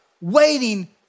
waiting